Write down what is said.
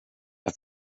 jag